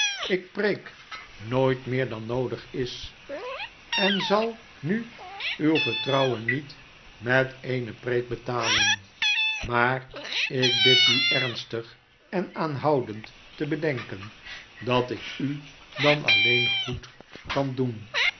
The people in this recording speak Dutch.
lk preek nooit meer dan noodig is en zal nu uw vertrouwen niet met eene preek betalen maar ik bid u ernstig en aanhoudend te bedenken dat ik u dan alleen goed kan doen